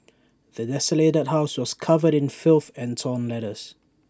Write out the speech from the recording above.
the desolated house was covered in filth and torn letters